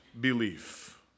belief